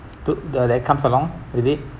to the that comes along with it